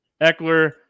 Eckler